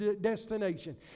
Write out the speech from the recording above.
destination